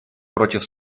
против